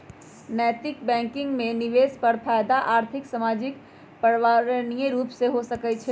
नैतिक बैंकिंग में निवेश पर फयदा आर्थिक, सामाजिक, पर्यावरणीय रूपे हो सकइ छै